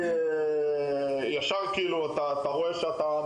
הבנו מיד שהפכנו אוטומטית מהנתקף,